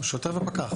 שוטר ופקח.